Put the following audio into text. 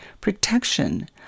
protection